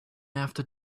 after